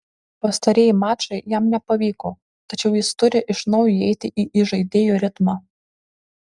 pastarieji mačai jam nepavyko tačiau jis turi iš naujo įeiti į įžaidėjo ritmą